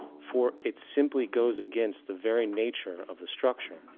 for it simply goes against the very nature of the structure.